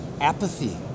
apathy